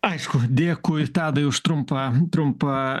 aišku dėkui tadai už trumpam trumpą